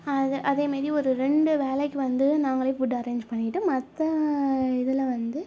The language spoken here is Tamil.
அதை அதேமாரி ஒரு ரெண்டு வேளைக்கு வந்து நாங்களே ஃபுட் அரேஞ்ச் பண்ணிக்கிட்டு மற்ற இதில் வந்து